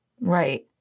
Right